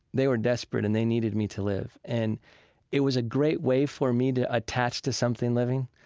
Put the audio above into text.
they were desperate and they needed me to live. and it was a great way for me to attach to something living.